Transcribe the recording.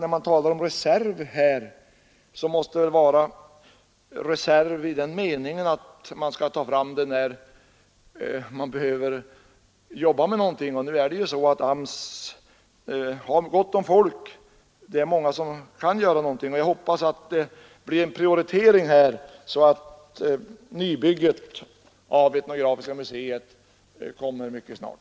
Meningen med ordet ”en reserv” i detta sammanhang måste väl vara att projektet skall tas upp när det behövs ett sysselsättningsobjekt. AMS har ju nu gott om folk, som kunde arbeta med detta, och jag hoppas därför att man prioriterar denna fråga så att ett nybygge för Etnografiska museet kommer till stånd mycket snart.